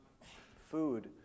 food